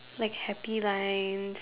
like happy lines